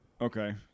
Okay